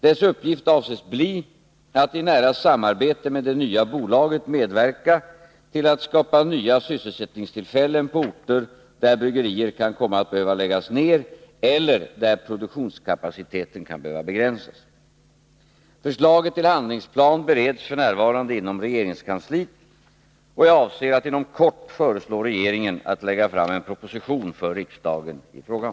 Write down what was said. Dess uppgift avses bli att i nära samarbete med det nya bolaget medverka till att skapa nya sysselsättningstillfällen på orter där bryggerier kan komma att behöva läggas ned eller där produktionskapaciteten kan behöva begränsas. Förslaget till handlingsplan bereds f. n. inom regeringskansliet. Jag avser att inom kort föreslå regeringen att lägga fram en proposition för riksdagen i frågan.